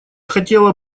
хотела